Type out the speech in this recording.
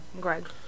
Greg